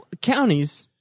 Counties